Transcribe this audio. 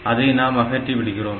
அதை நாம் அகற்றி விடுகிறோம்